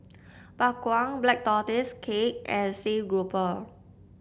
Bak Kwa Black Tortoise Cake and Steamed Grouper